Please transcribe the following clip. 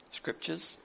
scriptures